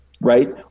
right